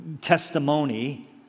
testimony